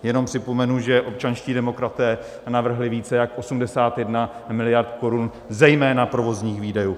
Jen připomenu, že občanští demokraté navrhli více jak 81 miliard korun zejména provozních výdajů.